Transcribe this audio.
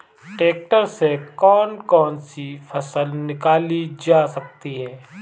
Tractor से कौन कौनसी फसल निकाली जा सकती हैं?